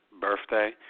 Birthday